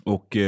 Och